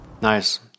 Nice